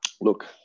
look